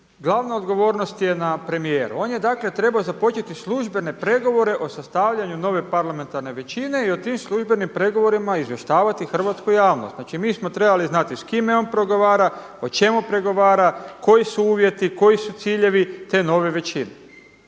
glavna odgovornost je na premijeru, on je dakle trebao započeti službene pregovore o sastavljanju nove parlamentarne većine i o tim službenim pregovorima izvještavati hrvatsku javnost. Znači mi smo trebali znati s kim on pregovara, o čemu pregovara, koji su uvjeti, koji su ciljevi, te nove većine.